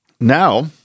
Now